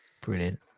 Brilliant